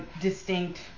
distinct